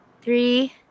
Three